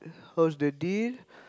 how was the deal